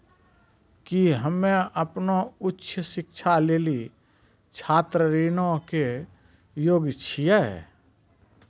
कि हम्मे अपनो उच्च शिक्षा लेली छात्र ऋणो के योग्य छियै?